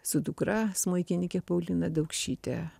su dukra smuikininke paulina daukšyte